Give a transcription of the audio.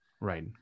right